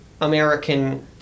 American